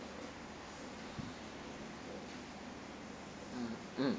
mm mm